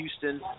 Houston